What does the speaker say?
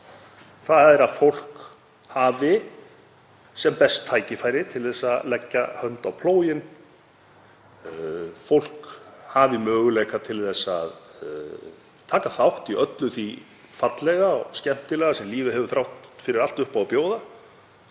þ.e. að fólk hafi sem best tækifæri til að leggja hönd á plóginn, að fólk hafi möguleika til að taka þátt í öllu því fallega og skemmtilega sem lífið hefur þrátt fyrir allt upp á að bjóða,